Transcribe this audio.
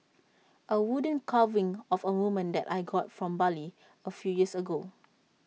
A wooden carving of A woman that I got from Bali A few years ago